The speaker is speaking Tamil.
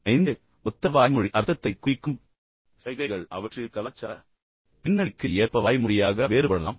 ஐந்து ஒத்த வாய்மொழி அர்த்தத்தைக் குறிக்கும் சைகைகள் அவற்றின் கலாச்சார பின்னணிக்கு ஏற்ப வாய்மொழியாக வேறுபடலாம்